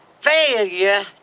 failure